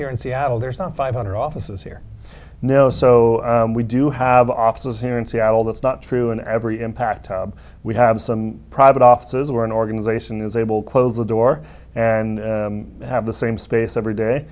here in seattle there's some five hundred offices here i know so we do have offices here in seattle that's not true in every impact tab we have some private offices where an organization is able to close the door and have the same space every day